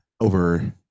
Over